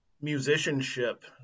musicianship